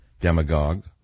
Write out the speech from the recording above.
demagogue